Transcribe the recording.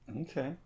Okay